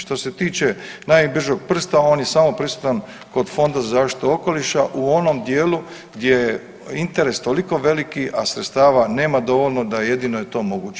Što se tiče najbržeg prsta on je samo prisutan kod Fonda za zaštitu okoliša u onom dijelu gdje je interes toliko veliki, a sredstava nema dovoljno da jedino je to moguće.